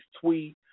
tweet